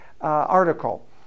article